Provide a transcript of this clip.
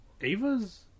Ava's